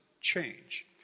change